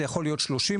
זה יכול להיות 30%,